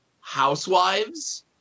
housewives